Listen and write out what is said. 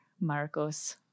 Marcos